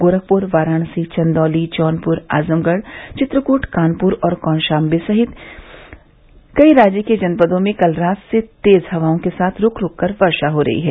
गोरखपुर वाराणसी चन्दौली जौनपुर आजमगढ़ चित्रकूट कानपुर और कौशाम्बी सहित राज्य के कई जनपदों में कल रात से तेज हवाओं के साथ रूक रूक कर वर्षा हो रही है